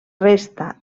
resta